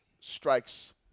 strikes